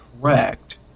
correct